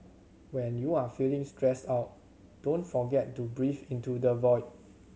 when you are feeling stressed out don't forget to breathe into the void